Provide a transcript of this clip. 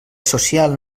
social